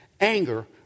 Anger